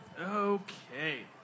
Okay